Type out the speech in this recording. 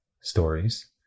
stories